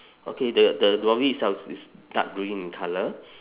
okay the the lorry itself is is dark green in colour